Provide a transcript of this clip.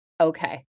Okay